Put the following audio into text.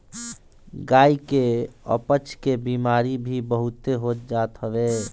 गाई के अपच के बेमारी भी बहुते हो जात हवे